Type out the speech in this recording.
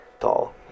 tall